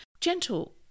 gentle